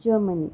Germany